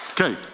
Okay